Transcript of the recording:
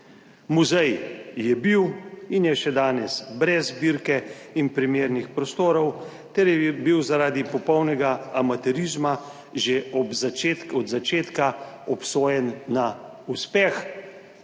Muzej je bil in je še danes brez zbirke in primernih prostorov ter je bil zaradi popolnega amaterizma že od začetka obsojen na neuspeh,